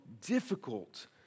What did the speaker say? difficult